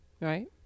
right